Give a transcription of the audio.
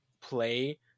play